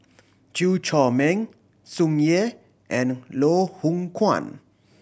Chew Chor Meng Tsung Yeh and Loh Hoong Kwan